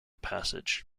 passage